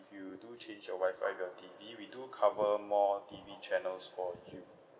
if you do change your Wi-Fi with your T_V we do cover more T_V channels for you